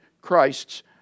Christ's